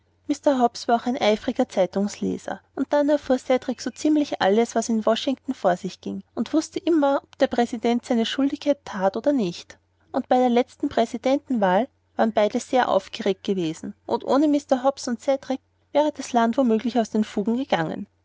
mr hobbs war auch ein eifriger zeitungsleser und daher erfuhr cedrik so ziemlich alles was in washington vor sich ging und wußte immer ob der präsident seine schuldigkeit that oder nicht und bei der letzten präsidentenwahl waren beide sehr erregt gewesen und ohne mr hobbs und cedrik wäre das land womöglich aus den fugen gegangen